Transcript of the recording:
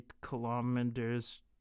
kilometers